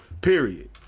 Period